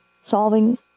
solving